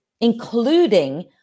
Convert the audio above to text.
including